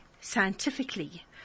scientifically